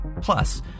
Plus